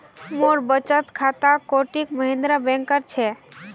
मोर बचत खाता कोटक महिंद्रा बैंकेर छिके